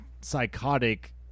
psychotic